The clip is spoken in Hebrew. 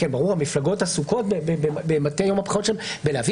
המפלגות עסוקות במטה יום הבחירות שלהן בהבאת